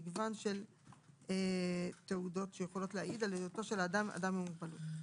יש מגוון של תעודות שיכולות להעיד על היותו של האדם אדם עם מוגבלות.